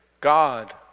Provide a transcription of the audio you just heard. God